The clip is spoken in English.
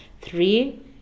three